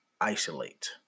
isolate